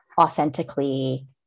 authentically